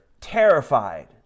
terrified